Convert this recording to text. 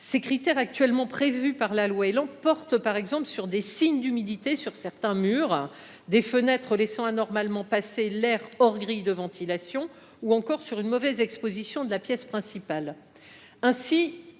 les critères actuellement prévus par la loi Élan, on trouve les signes d’humidité sur certains murs, des fenêtres qui laissent anormalement passer l’air, hors grille de ventilation, ou encore une mauvaise exposition de la pièce principale.